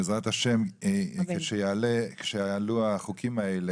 בעזרת ה' כשיעלו החוקים האלה,